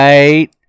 Right